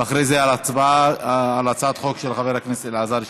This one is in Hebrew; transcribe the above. ואחרי זה על הצעת החוק של חבר הכנסת אלעזר שטרן.